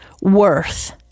worth